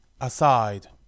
Aside